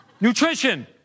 nutrition